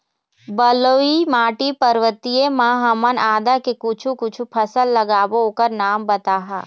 बलुई माटी पर्वतीय म ह हमन आदा के कुछू कछु फसल लगाबो ओकर नाम बताहा?